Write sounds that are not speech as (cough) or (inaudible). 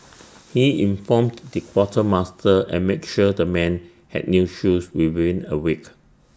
(noise) he informed the quartermaster and make sure the men had new shoes within A week